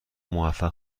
موفق